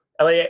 LA